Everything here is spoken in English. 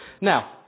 Now